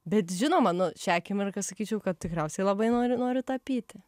bet žinoma nu šią akimirką sakyčiau kad tikriausiai labai noriu noriu tapyti